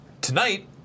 Tonight